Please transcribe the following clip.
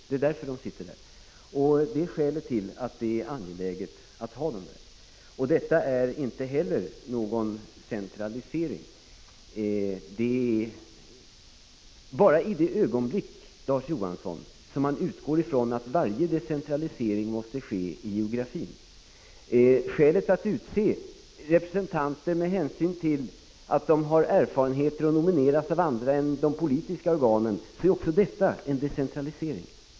Det är skälet till att det är angeläget att ha dem med. Detta är inte heller någon centralisering. Det är det bara i det ögonblick, Larz Johansson, då man utgår från att varje decentralisering måste ske i geografin. Att utse representanter med hänsyn till att de har erfarenheter och att de nomineras av andra än de politiska organen är också en decentralisering.